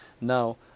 now